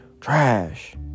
Trash